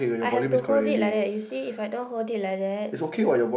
I have to hold it like that you see if I don't hold it like that